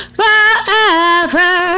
forever